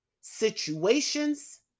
situations